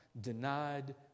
denied